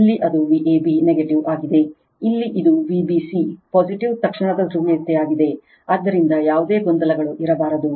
ಇಲ್ಲಿ ಅದು Vab negative ಆಗಿದೆ ಇಲ್ಲಿ ಇದು Vbc ಪಾಸಿಟಿವ್ ತಕ್ಷಣದ ಧ್ರುವೀಯತೆಯಾಗಿದೆ ಆದ್ದರಿಂದ ಯಾವುದೇ ಗೊಂದಲಗಳು ಇರಬಾರದು